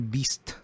Beast